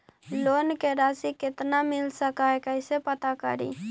Loan के रासि कितना मिल सक है कैसे पता करी?